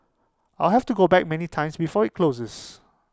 I'll have to go back many times before IT closes